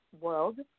world